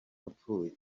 wapfuye